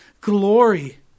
glory